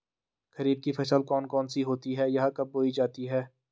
खरीफ की फसल कौन कौन सी होती हैं यह कब बोई जाती हैं?